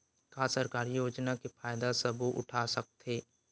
का सरकारी योजना के फ़ायदा सबो उठा सकथे?